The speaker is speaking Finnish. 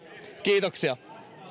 kiitoksia